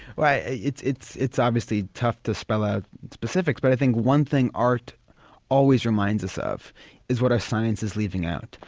yeah it's it's obviously tough to spell out specifics, but i think one thing art always reminds us of is what our science is leaving out,